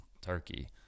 turkey